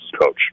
coach